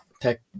Tech